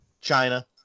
China